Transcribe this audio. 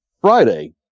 Friday